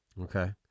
okay